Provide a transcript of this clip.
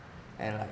and like